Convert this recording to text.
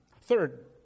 Third